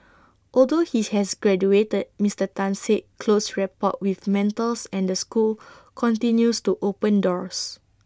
although he has graduated Mister Tan said close rapport with mentors and the school continues to open doors